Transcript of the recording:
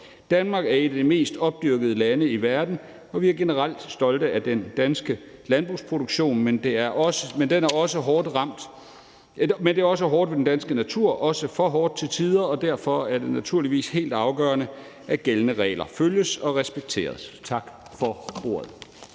Danmark er et af de mest opdyrkede lande i verden, og vi er generelt stolte af den danske landbrugsproduktion. Men det er også hårdt ved den danske natur, til tider også for hårdt, og derfor er det naturligvis helt afgørende, at gældende regler følges og respekteres. Tak for ordet.